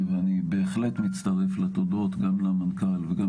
ואני בהחלט מצטרף לתודות גם למנכ"ל וגם